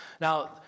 Now